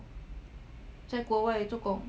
在国外做工